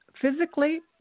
Physically